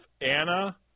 Anna